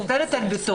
אני מצטערת על הגסות.